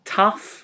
tough